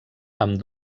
amb